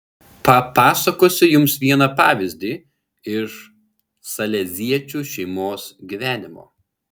papasakosiu jums vieną pavyzdį iš saleziečių šeimos gyvenimo